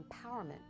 empowerment